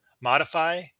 Modify